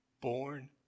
born